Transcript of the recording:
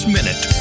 Minute